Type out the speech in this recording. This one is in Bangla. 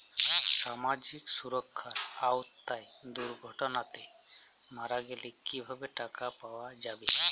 সামাজিক সুরক্ষার আওতায় দুর্ঘটনাতে মারা গেলে কিভাবে টাকা পাওয়া যাবে?